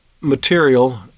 material